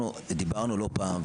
אנחנו דיברנו לא פעם,